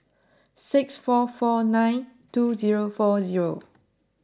six four four nine two zero four zero